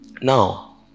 Now